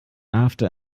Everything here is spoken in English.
after